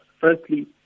Firstly